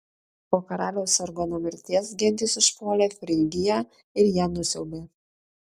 po karaliaus sargono mirties gentys užpuolė frygiją ir ją nusiaubė